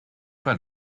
pas